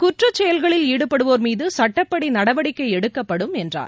குற்ற செயல்களில் ஈடுபடுவோர் மீது சட்டப்படி நடவடிக்கை எடுக்கப்படும் என்றார்